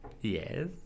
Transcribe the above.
yes